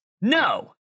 No